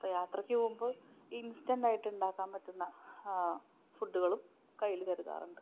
അപ്പോള് യാത്രയ്ക്ക് പോകുമ്പോള് ഇൻസ്റ്റൻറ്റ് ആയിട്ടുണ്ടാക്കാൻ പറ്റുന്ന ഫുഡുകളും കയ്യില് കരുതാറുണ്ട്